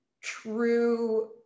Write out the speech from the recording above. true